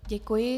Děkuji.